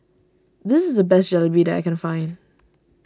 this is the best Jalebi that I can find